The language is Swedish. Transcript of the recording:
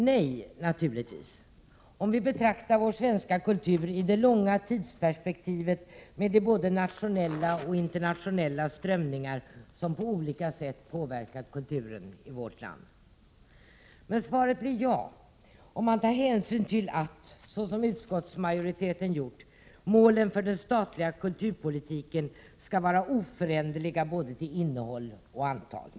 Nej naturligtvis, om vi betraktar vår svenska kultur i det långa tidsperspektivet med de både nationella och internationella strömningar som på olika sätt påverkar kulturen i vårt land. Men svaret på frågan blir ja, om man tar hänsyn till att, så som utskottsmajoriteten gjort, målen för den statliga kulturpolitiken skall vara oföränderliga både till innehåll och till antal.